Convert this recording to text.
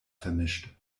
vermischt